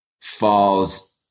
falls